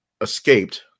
escaped